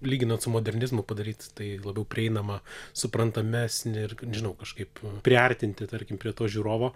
lyginant su modernizmu padaryti tai labiau prieinama suprantamesnį ir nežinau kažkaip priartinti tarkim prie to žiūrovo